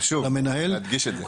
חשוב להדגיש את זה.